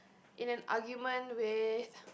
in an argument with